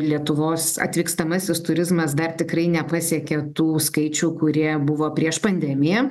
lietuvos atvykstamasis turizmas dar tikrai nepasiekė tų skaičių kurie buvo prieš pandemiją